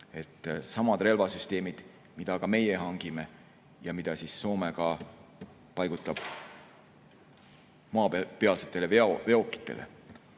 samad relvasüsteemid, mida ka meie hangime ja mida Soome paigutab maapealsetele veokitele.